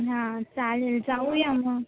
हां चालेल जाऊया मग